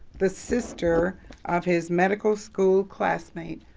the sister of his medical school classmate,